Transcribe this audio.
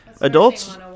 Adults